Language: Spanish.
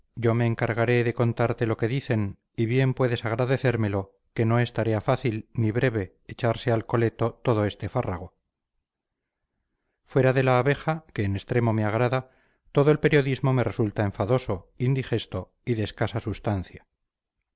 yo me encargaré de contarte lo que dicen y bien puedes agradecérmelo que no es tarea fácil ni breve echarse al coleto todo este fárrago fuera de la abeja que en extremo me agrada todo el periodismo me resulta enfadoso indigesto y de escasa sustancia